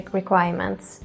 requirements